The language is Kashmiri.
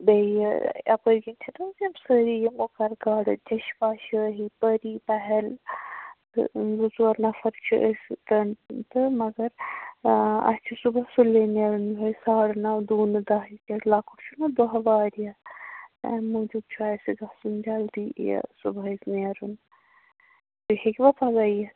بیٚیہِ یپٲر کِنۍ چھِنہ حَظ یِم سٲری مُغل گاڈٕنۍ چشمہ شٲہی پری محل تہٕ زٕ ژوٗر نفر چھِ أسۍ سۭتۍ تہٕ مگر اسہِ چھُ صُبحس سُلی نٮ۪رُن یُہے ساڈٕ نو دوٗنہٕ دہ ہیٚو کیٚازِ لۄکُٹ چھُ نہٕ دۄہ واریاہ امہِ موٗجوٗب چھُ اسہِ گژھن جلدی یہ صُبحٲے نیرُن تُہہِ ہیٚکوا پگاہ یِتھ